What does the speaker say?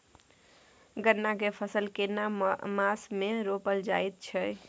गन्ना के फसल केना मास मे रोपल जायत छै?